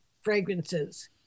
fragrances